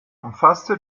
umfasste